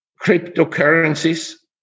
cryptocurrencies